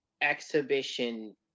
exhibition